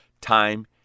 Time